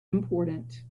important